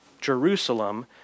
Jerusalem